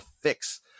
Fix